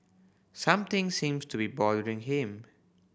something seems to be bothering him